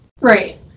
Right